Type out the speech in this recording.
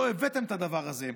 לא הבאתם את הדבר הזה.